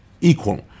equal